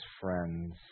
friends